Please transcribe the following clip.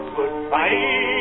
Goodbye